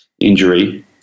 injury